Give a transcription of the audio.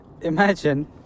Imagine